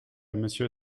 monsieur